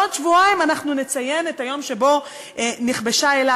בעוד שבועיים אנחנו נציין את היום שבו נכבשה אילת,